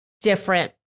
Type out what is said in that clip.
different